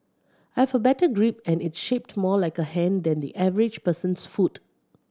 I've a better grip and it's shaped more like a hand than the average person's foot